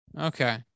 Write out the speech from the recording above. Okay